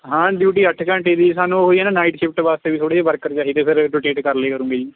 ਹਾਂ ਡਿਊਟੀ ਅੱਠ ਘੰਟੇ ਦੀ ਸਾਨੂੰ ਉਹ ਹੀ ਆ ਨਾ ਨਾਈਟ ਸ਼ਿਫਟ ਵਾਸਤੇ ਵੀ ਥੋੜ੍ਹੇ ਜਿਹੇ ਵਰਕਰ ਚਾਹੀਦੇ ਫਿਰ ਰੋਟੇਟ ਕਰ ਲਿਆ ਕਰੂੰਗੇ ਜੀ